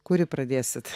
kuri pradėsit